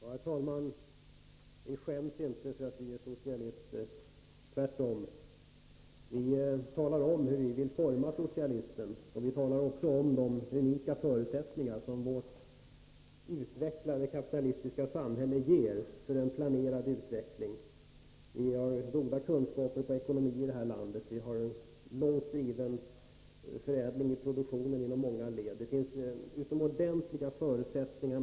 Herr talman! Vi skäms inte för att vi är socialister — tvärtom. Vi berättar hur vi vill forma socialismen. Vi talar också om de unika förutsättningar som vårt utvecklade, kapitalistiska samhälle ger för en planerad utveckling. Vi hari det här landet goda kunskaper på det ekonomiska området. Vi har inom produktionen en långt driven förädling i många led.